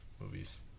movies